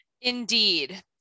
Indeed